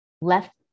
left